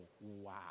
wow